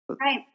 Right